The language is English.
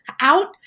out